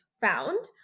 found